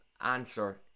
answer